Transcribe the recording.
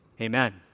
Amen